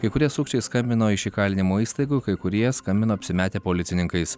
kai kurie sukčiai skambino iš įkalinimo įstaigų kai kurie skambino apsimetę policininkais